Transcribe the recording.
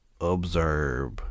observe